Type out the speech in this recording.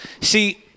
See